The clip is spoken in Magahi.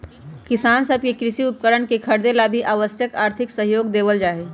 किसान सब के कृषि उपकरणवन के खरीदे ला भी आवश्यक आर्थिक सहयोग देवल जाहई